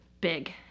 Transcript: big